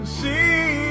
see